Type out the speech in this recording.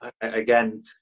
Again